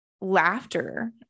laughter